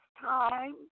time